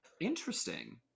Interesting